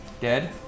dead